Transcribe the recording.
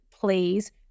please